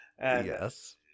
Yes